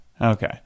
okay